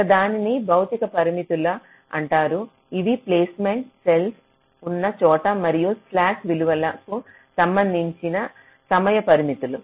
ఒకదాన్ని భౌతిక పరిమితులు అంటారు అవి ప్లేస్మెంట్ సెల్స్ ఉన్న చోట మరియు స్లాక్ విలువకు సంబంధించిన సమయ పరిమితులు